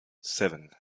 seven